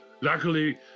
Luckily